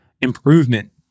improvement